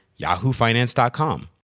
yahoofinance.com